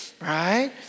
right